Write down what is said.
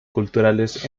culturales